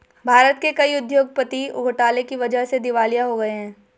भारत के कई उद्योगपति घोटाले की वजह से दिवालिया हो गए हैं